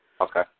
Okay